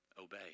Obey